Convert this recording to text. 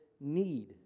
need